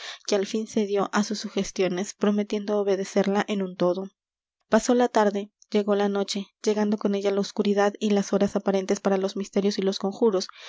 que al fin cedió á sus sugestiones prometiendo obedecerla en un todo pasó la tarde llegó la noche llegando con ella la oscuridad y las horas aparentes para los misterios y los conjuros